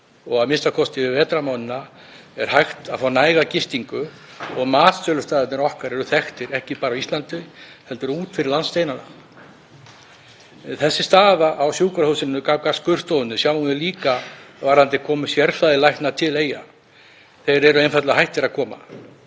og a.m.k. yfir vetrarmánuðina er hægt að fá næga gistingu og matsölustaðirnir okkar eru þekktir, ekki bara á Íslandi heldur út fyrir landsteinana. Þessa stöðu á sjúkrahúsinu varðandi skurðstofuna sjáum við líka varðandi komu sérfræðilækna til Eyja. Þeir eru einfaldlega hættir að koma.